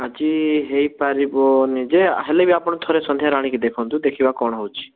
ଆଜି ହେଇପାରିବନି ଯେ ହେଲେ ବି ଆପଣ ଥରେ ସନ୍ଧ୍ୟାରେ ଆଣିକି ଦେଖନ୍ତୁ ଦେଖିବା କ'ଣ ହେଉଛି